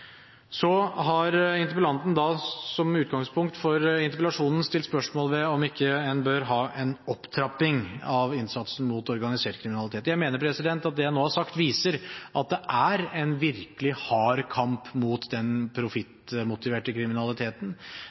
Så har interpellanten som utgangspunkt for interpellasjonen stilt spørsmål ved om ikke en bør ha en opptrapping av innsatsen mot organisert kriminalitet. Jeg mener at det jeg nå har sagt, viser at det er en virkelig hard kamp mot den profittmotiverte kriminaliteten,